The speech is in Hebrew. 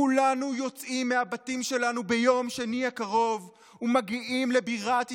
כולנו יוצאים מהבתים שלנו ביום שני הקרוב ומגיעים לבירת ישראל,